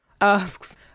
asks